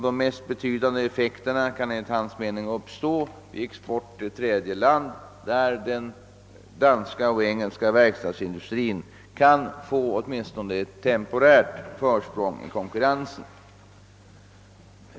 De mest betydande effekterna kan enligt hans mening uppstå vid export till tredje land, där den danska och engelska verkstadsindustrin kan få åtminstone ett temporärt försprång i konkurrensen.